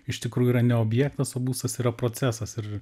iš tikrųjų yra ne objektas o būstas yra procesas ir